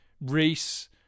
Reese